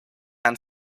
and